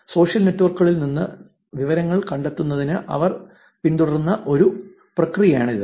social നെറ്റ്വർക്കുകളിൽ നിന്ന് വിവരങ്ങൾ കണ്ടെത്തുന്നതിന് അവർ പിന്തുടർന്ന ഒരു പ്രക്രിയയാണിത്